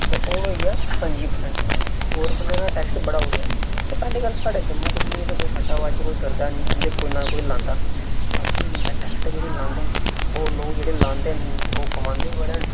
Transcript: ते ओह् हून होई गेआ पंजी परसेंट गौरमेंट ने एह्दा टैक्स बधाई ओड़ेआ ते पैह्ली गल्ल स्हाढ़े जम्मू कश्मीर च कोई सट्टाबाजी कोई करदा नी ते नां कोई लांदा बाकी बैटां शैटां जेह्ड़े लांदे न ओह् लोग जेह्ड़े लांदे न ओह् कमांदे बी बड़ा न